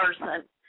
person